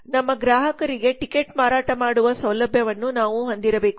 ನಮ್ಮ ಗ್ರಾಹಕರಿಗೆ ಟಿಕೆಟ್ ಮಾರಾಟ ಮಾಡುವ ಸೌಲಭ್ಯವನ್ನು ನಾವು ಹೊಂದಿರಬೇಕು